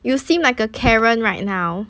you seem like a karen right now